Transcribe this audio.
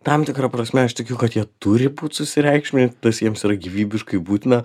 tam tikra prasme aš tikiu kad jie turi būti susireikšminę tas jiems yra gyvybiškai būtina